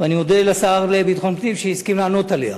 ואני מודה לשר לביטחון פנים שהסכים לענות עליה.